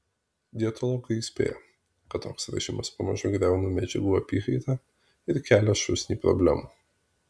dietologai įspėja kad toks režimas pamažu griauna medžiagų apykaitą ir kelią šūsnį problemų